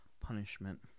punishment